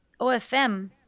OFM